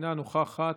אינה נוכחת.